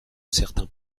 certains